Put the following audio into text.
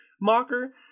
mocker